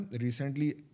Recently